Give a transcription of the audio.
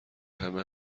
همه